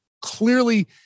clearly